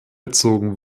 erzogen